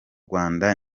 rwanda